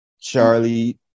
Charlie